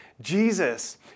Jesus